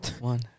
One